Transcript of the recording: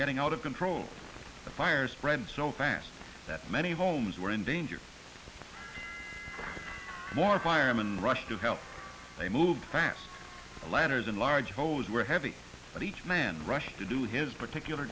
getting out of control the fire spread so fast that many homes were in danger more firemen rushed to help they moved fast ladders and large hose were heavy but each man rushed to do his particular